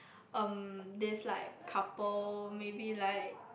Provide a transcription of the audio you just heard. um this like couple maybe like